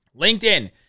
LinkedIn